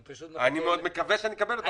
אני מאוד מקווה שאני אקבל אותה.